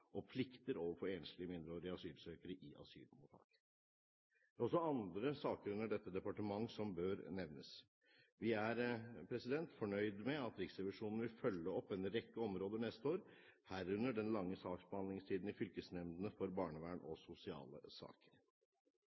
og plikter overfor enslige mindreårige asylsøkere i asylmottak. Det er også andre saker under dette departementet som bør nevnes. Vi er fornøyd med at Riksrevisjonen vil følge opp en rekke områder neste år, herunder den lange saksbehandlingstiden i fylkesnemndene for barnevern og sosiale saker.